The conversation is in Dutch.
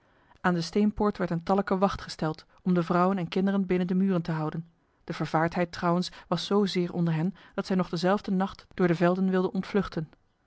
aan de steenpoort werd een tallijke wacht gesteld om de vrouwen en kinderen binnen de muren te houden de vervaardheid trouwens was zozeer onder hen dat zij nog dezelfde nacht door de velden wilden ontvluchten